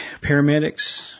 paramedics